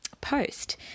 post